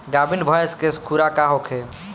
गाभिन भैंस के खुराक का होखे?